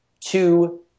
two